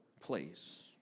place